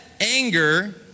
anger